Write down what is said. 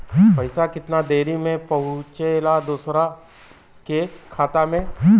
पैसा कितना देरी मे पहुंचयला दोसरा के खाता मे?